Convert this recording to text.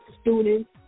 students